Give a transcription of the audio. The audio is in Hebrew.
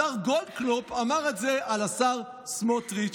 השר גולדקנופ אמר את זה על השר סמוטריץ'.